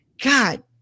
God